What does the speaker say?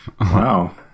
Wow